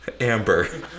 Amber